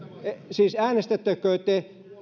siis äänestättekö te